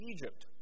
Egypt